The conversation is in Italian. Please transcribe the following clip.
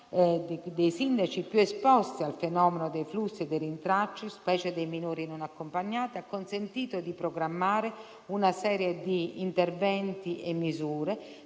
di sindaci più esposti al fenomeno dei flussi e dei rintracci, specie dei minori non accompagnati, ha consentito di programmare una serie di interventi e misure